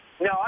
No